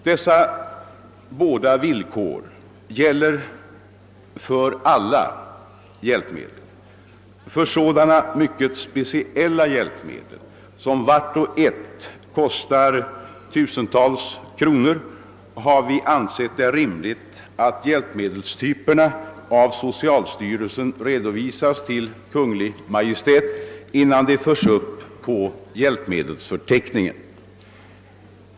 Dessa båda villkor gäller för alla hjälpmedel. Beträffande sådana mycket speciella hjälpmedel som vart och ett kostar tusentals kronor har vi ansett det rimligt, att socialstyrelsen redovisar hjälpmedelstyperna för Kungl. Maj:t innan de förs upp på hjälpmedelsförteckningen.